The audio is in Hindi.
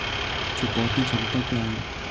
चुकौती क्षमता क्या है?